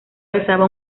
rezaba